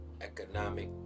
economic